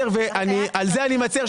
שגית, על זה אני מצר.